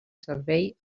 servei